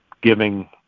giving